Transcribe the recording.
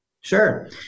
Sure